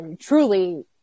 truly